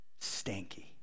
Stanky